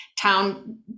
town